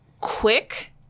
quick